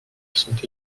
sont